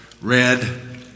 red